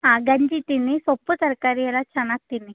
ಹಾಂ ಗಂಜಿ ತಿನ್ನಿ ಸೊಪ್ಪು ತರಕಾರಿ ಎಲ್ಲ ಚೆನ್ನಾಗಿ ತಿನ್ನಿ